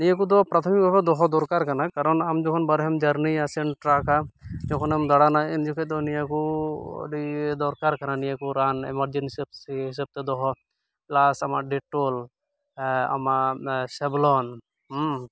ᱱᱤᱭᱟᱹ ᱠᱚᱫᱚ ᱯᱨᱟᱛᱷᱚᱢᱤᱠ ᱵᱷᱟᱵᱮ ᱫᱚᱦᱚ ᱫᱚᱨᱠᱟᱨ ᱠᱟᱱᱟ ᱠᱟᱨᱚᱱ ᱟᱢ ᱡᱚᱠᱷᱚᱱ ᱵᱟᱨᱦᱮᱢ ᱡᱟᱨᱱᱤᱭᱟ ᱥᱮ ᱴᱨᱟᱠᱟ ᱡᱚᱠᱷᱚᱱᱮᱢ ᱫᱟᱬᱟᱱᱟ ᱩᱱ ᱡᱚᱠᱷᱟᱹᱡ ᱫᱚ ᱱᱤᱭᱟᱹᱠᱚ ᱟᱹᱰᱤ ᱫᱚᱨᱠᱟᱨ ᱠᱟᱱᱟ ᱱᱤᱭᱟᱹᱠᱚ ᱨᱟᱱ ᱮᱢᱟᱨᱡᱮᱱᱥᱤ ᱦᱤᱥᱟᱹᱵᱽᱛᱮ ᱫᱚᱦᱚ ᱯᱞᱟᱥ ᱟᱢᱟᱜ ᱰᱮᱴᱚᱞ ᱟᱢᱟᱜ ᱥᱮᱵᱷᱞᱚᱱ